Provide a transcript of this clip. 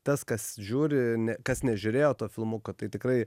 tas kas žiūri ne kas nežiūrėjo to filmuko tai tikrai